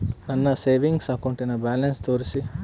ನನ್ನ savings account balance ತೋರಿಸಿ?